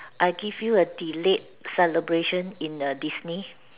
I give you a delayed celebration in a Disney